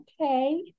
okay